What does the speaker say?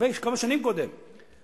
שכרוך בשטחים שהם בריבונות ישראל.